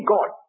God